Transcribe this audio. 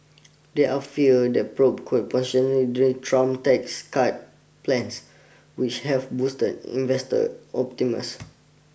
there are fears that probe could Trump's tax cut plans which have boosted investor optimist